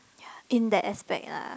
ya in that aspect lah